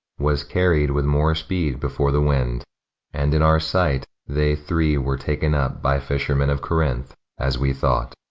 was carried with more speed before the wind and in our sight they three were taken up by fishermen of corinth, as we thought.